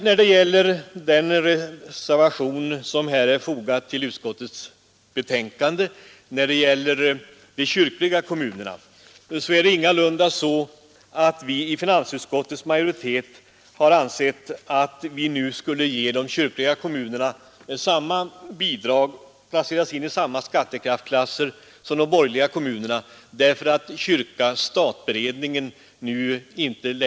När det gäller den reservation som är fogad till utskottsbetänkandet angående de kyrkliga kommunerna är det inte så, att vi i finansutskottets majoritet har ansett att de kyrkliga kommunerna nu inte skall placeras i samma skattekraftsklasser som de borgerliga kommunerna med hänsyn till kyrka—stat-beredningen.